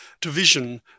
division